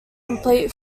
complete